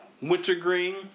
Wintergreen